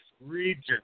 region